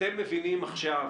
אתם מבינים עכשיו